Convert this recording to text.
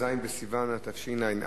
כ"ז בסיוון התשע"א,